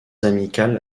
amicales